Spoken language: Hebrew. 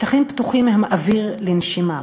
שטחים פתוחים הם אוויר לנשימה.